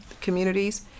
communities